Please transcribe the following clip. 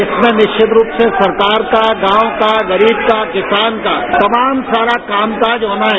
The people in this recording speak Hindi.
इसमें निश्चित रूप से सरकार का गांव का गरीब का किसान का तमाम सारा कामकाज होना है